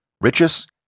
richest